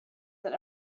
that